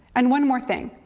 and, one more thing.